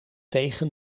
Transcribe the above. tegen